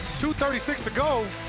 two thirty six to go.